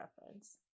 reference